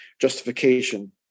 justification